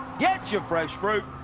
get your fresh fruit,